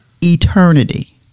eternity